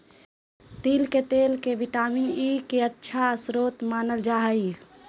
तिल के तेल के विटामिन ई के अच्छा स्रोत मानल जा हइ